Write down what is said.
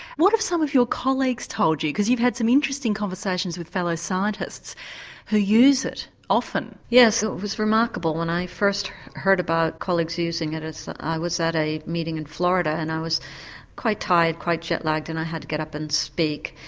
what have some of your colleagues told you because you've had some interesting conversations with fellow scientists who use it often. yes, it was remarkable, when i first heard about colleagues using it ah so i was at a meeting in and florida and i was quite tired, quite jetlagged, and i had to get up and speak.